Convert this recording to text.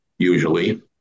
usually